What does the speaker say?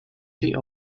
tee